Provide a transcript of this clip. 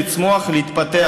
לצמוח ולהתפתח,